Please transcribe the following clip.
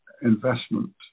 investment